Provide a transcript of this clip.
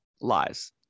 Lies